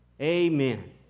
Amen